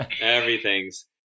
Everything's